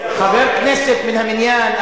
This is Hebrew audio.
חבר כנסת מן המניין,